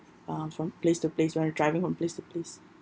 um from place to place when you're driving from place to place